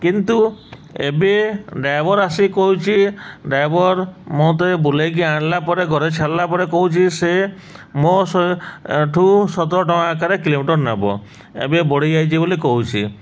କିନ୍ତୁ ଏବେ ଡ୍ରାଇଭର ଆସି କହୁଛି ଡ୍ରାଇଭର ମୋତେ ବୁଲେଇକି ଆଣିଲା ପରେ ଘରେ ଛାଡ଼ିଲା ପରେ କହୁଛି ସେ ମୋଠୁ ସତର ଟଙ୍କା ଆକାରରେ କିଲୋମିଟର ନବ ଏବେ ବଢ଼ିଯାଇଛି ବୋଲି କହୁଛି